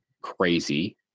crazy